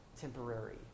temporary